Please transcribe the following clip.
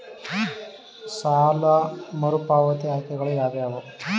ಸಾಲ ಮರುಪಾವತಿ ಆಯ್ಕೆಗಳು ಯಾವುವು?